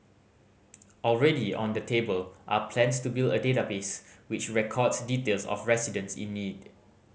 already on the table are plans to build a database which records details of residents in need